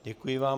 Děkuji vám.